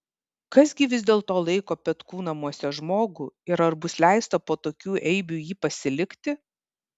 kas gi vis dėlto laiko petkų namuose žmogų ir ar bus leista po tokių eibių jį pasilikti